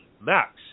Max